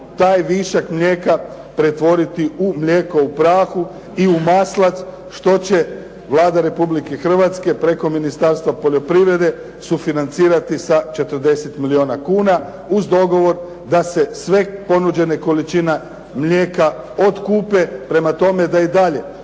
taj višak mlijeka pretvoriti u mlijeko u prahu i u maslac što će Vlada Republike Hrvatske preko Ministarstva poljoprivrede sufinancirati sa 40 milijuna kuna, uz dogovor da se sve ponuđene količine mlijeka otkupe, prema tome da i dalje